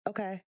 Okay